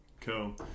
Cool